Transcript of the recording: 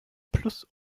plus